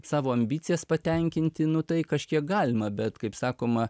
savo ambicijas patenkinti nu tai kažkiek galima bet kaip sakoma